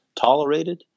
tolerated